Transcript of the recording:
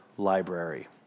library